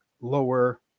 lower